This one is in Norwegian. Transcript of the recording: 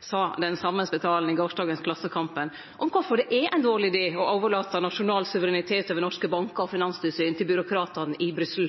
sa den same Stray Spetalen i gårsdagens Klassekampen om kvifor det er ein dårleg idé å overlate nasjonal suverenitet over norske bankar og finanstilsyn til byråkratane i Brussel.